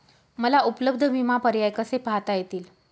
मला उपलब्ध विमा पर्याय कसे पाहता येतील?